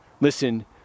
listen